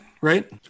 right